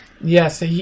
Yes